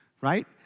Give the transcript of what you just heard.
right